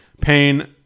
pain